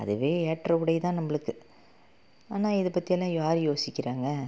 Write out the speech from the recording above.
அதுவே ஏற்ற உடை தான் நம்மளுக்கு ஆனால் இதை பற்றி எல்லாம் யார் யோசிக்கிறாங்க